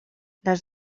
les